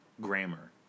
grammar